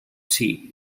tea